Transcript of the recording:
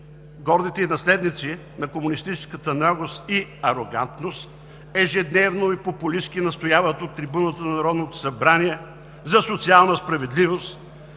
Гордите наследници на комунистическата наглост и арогантност ежедневно и популистки настояват от трибуната на Народното събрание за социална справедливост,